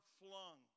flung